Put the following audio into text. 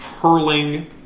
hurling